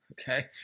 Okay